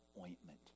ointment